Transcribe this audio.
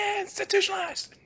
Institutionalized